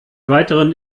weiteren